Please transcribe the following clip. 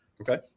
okay